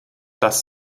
das